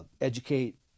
educate